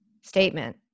statement